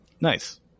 Nice